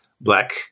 black